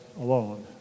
alone